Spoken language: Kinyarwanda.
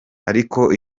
ariko